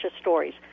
stories